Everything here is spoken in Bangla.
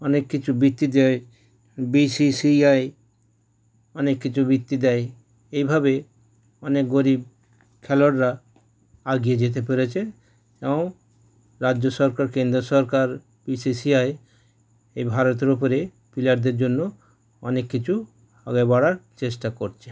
অনেক কিছু বৃত্তি দেয় বিসিসিআই অনেক কিছু বৃত্তি দেয় এইভাবে অনেক গরিব খেলোয়াড়রা এগিয়ে যেতে পেরেছে তাও রাজ্য সরকার কেন্দ্রে সরকার বিসিসিআই এই ভারতের উপরে প্লেয়ারদের জন্য অনেক কিছু আগে বাড়ার চেষ্টা করছে